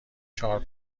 چهار